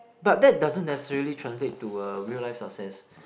but that doesn't necessary translate to a real life success